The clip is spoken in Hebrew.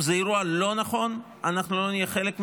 זה אירוע לא נכון, אנחנו לא נהיה חלק ממנו,